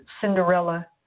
Cinderella